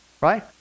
right